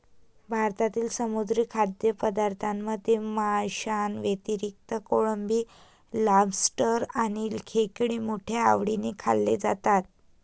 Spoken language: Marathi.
भारतातील समुद्री खाद्यपदार्थांमध्ये माशांव्यतिरिक्त कोळंबी, लॉबस्टर आणि खेकडे मोठ्या आवडीने खाल्ले जातात